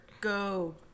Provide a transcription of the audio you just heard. go